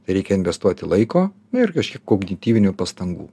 reikia investuoti laiko ir kažkiek kognityvinių pastangų